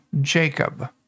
Jacob